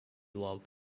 love